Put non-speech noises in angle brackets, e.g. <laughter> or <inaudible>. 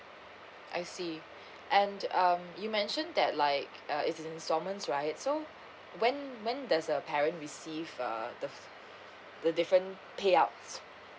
I see <breath> and um you mentioned that like uh it's an installments right so when when there's a parent receive uh the the different payouts